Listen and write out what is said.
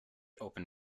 open